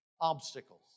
obstacles